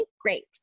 great